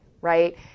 right